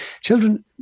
children